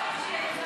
התשע"ח 2017,